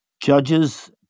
judges